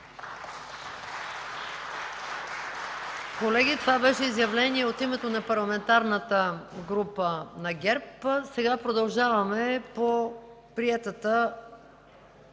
Колеги, това беше изявление от името на Парламентарната група на ГЕРБ. Сега продължаваме по приетата